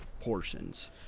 portions